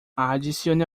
adicione